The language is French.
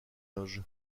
âge